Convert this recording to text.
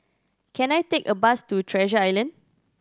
can I take a bus to Treasure Island